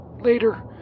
later